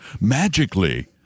magically